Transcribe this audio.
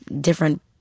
different